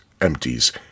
empties